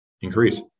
increase